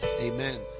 Amen